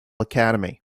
academy